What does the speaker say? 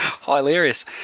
Hilarious